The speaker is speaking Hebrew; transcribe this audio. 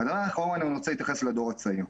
הדבר האחרון, אני רוצה להתייחס לדור הצעיר.